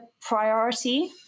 priority